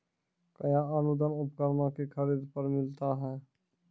कया अनुदान उपकरणों के खरीद पर मिलता है?